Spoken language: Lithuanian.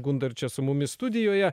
gundo ir čia su mumis studijoje